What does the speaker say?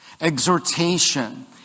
Exhortation